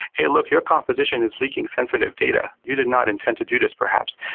hey look your composition is leaking sensitive data. you did not intent to do this perhaps.